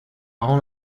rend